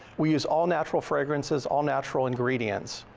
we use all natural fragrances, all natural ingredients.